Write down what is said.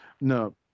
No